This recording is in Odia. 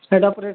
ସେଟା ପରେ